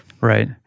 Right